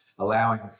allowing